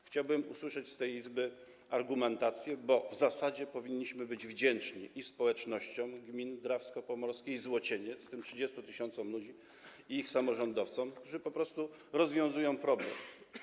Chciałbym usłyszeć w tej Izbie argumentację, bo w zasadzie powinniśmy być wdzięczni i społecznościom gmin Drawsko Pomorskie i Złocieniec, tym 30 tys. ludzi, i ich samorządowcom, którzy po prostu rozwiązują problem.